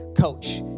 coach